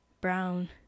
brown